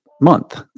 month